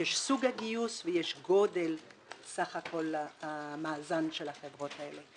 יש סוג הגיוס ויש גודל סך הכל המאזן של החברות האלה.